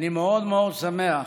אני מאוד מאוד שמח